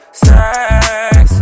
sex